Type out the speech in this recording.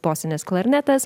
bosinis klarnetas